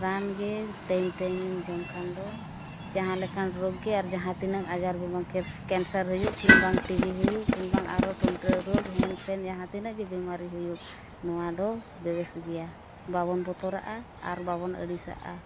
ᱨᱟᱱ ᱜᱮ ᱴᱟᱭᱤᱢ ᱴᱟᱭᱤᱢᱮᱢ ᱡᱚᱢ ᱠᱷᱟᱱ ᱫᱚ ᱡᱟᱦᱟᱸ ᱛᱤᱱᱟᱹᱜ ᱨᱳᱜᱽ ᱜᱮ ᱟᱨ ᱡᱟᱦᱟᱸ ᱛᱤᱱᱟᱹᱜ ᱟᱡᱟᱨ ᱵᱤᱢᱟᱨ ᱜᱮ ᱠᱮᱱᱥᱟᱨ ᱦᱩᱭᱩᱜ ᱠᱤᱢᱵᱟ ᱴᱤᱵᱷᱤ ᱦᱩᱭᱩᱜ ᱠᱤᱢᱵᱟ ᱟᱨᱚ ᱴᱷᱩᱱᱴᱟᱹ ᱨᱳᱜᱽ ᱦᱮᱱ ᱛᱷᱮᱱ ᱡᱟᱦᱟᱸ ᱛᱤᱱᱟᱹᱜ ᱜᱮ ᱵᱤᱢᱟᱨᱤ ᱦᱩᱭᱩᱜ ᱱᱚᱣᱟ ᱫᱚ ᱵᱮᱵᱮᱥ ᱜᱮᱭᱟ ᱵᱟᱵᱚᱱ ᱵᱚᱛᱚᱨᱟᱜᱼᱟ ᱟᱨ ᱵᱟᱵᱚᱱ ᱟᱹᱲᱤᱥᱟᱜᱼᱟ